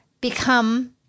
become